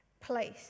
place